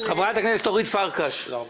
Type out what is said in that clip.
חברת הכנסת אורית פרקש, בבקשה.